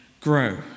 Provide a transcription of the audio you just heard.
grow